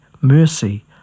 Mercy